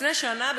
לפני שנה,